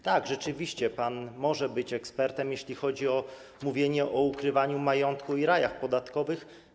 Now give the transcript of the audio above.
Tak, rzeczywiście pan może być ekspertem, jeśli chodzi o mówienie o ukrywaniu majątku i rajach podatkowych.